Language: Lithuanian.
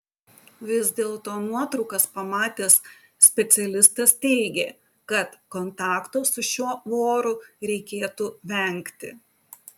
vis dėlto nuotraukas pamatęs specialistas teigė kad kontakto su šiuo voru reikėtų vengti